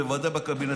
בוודאי בקבינט,